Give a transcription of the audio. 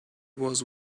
was